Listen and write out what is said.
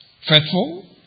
faithful